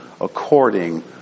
according